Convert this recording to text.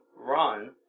run